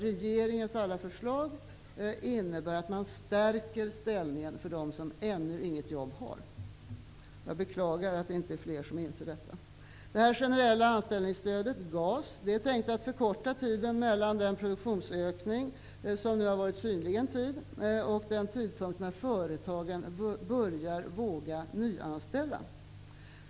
Regeringens alla förslag innebär att man stärker ställningen för dem som ännu inget jobb har. Jag beklagar att det inte är fler som inser detta. Det generella anställningsstödet, GAS, är tänkt att förkorta tiden mellan den produktionsökning som nu har varit synlig en tid och den tidpunkt då företagen börjar våga nyanställa.